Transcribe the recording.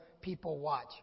people-watch